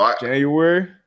January